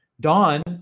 Don